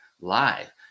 live